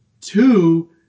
two